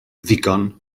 ddigon